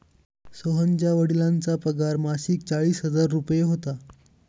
सोहनच्या वडिलांचा पगार मासिक चाळीस हजार रुपये होता